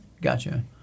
Gotcha